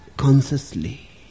Consciously